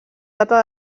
data